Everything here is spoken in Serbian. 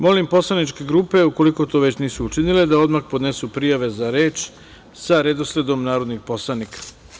Molim poslaničke grupe, ukoliko to već nisu učinile, da odmah podnesu prijave za reč, sa redosledom narodnih poslanika.